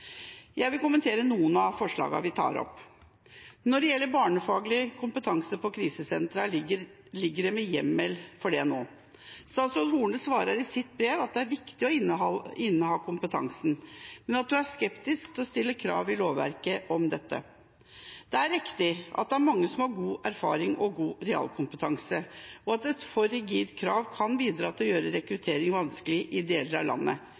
Jeg vil kommentere noen av forslagene vi tar opp. Når det gjelder barnefaglig kompetanse på krisesentrene, er det hjemmel for det nå. Statsråd Horne svarer i sitt brev at det er viktig å inneha kompetansen, men hun er skeptisk til å stille krav i lovverket om dette. Det er riktig at det er mange som har god erfaring og god realkompetanse, og at et for rigid krav kan bidra til å gjøre rekruttering vanskelig i deler av landet.